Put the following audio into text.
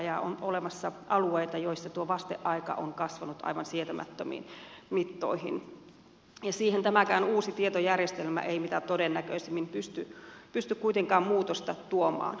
on olemassa alueita joilla vasteaika on kasvanut aivan sietämättömiin mittoihin ja siihen tämäkään uusi tietojärjestelmä ei mitä todennäköisimmin pysty kuitenkaan muutosta tuomaan